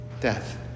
Death